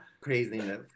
craziness